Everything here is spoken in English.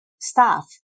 staff